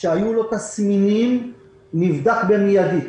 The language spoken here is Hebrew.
שהיו לו תסמינים נבדק מיידית